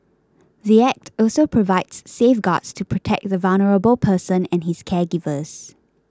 the Act also provides safeguards to protect the vulnerable person and his caregivers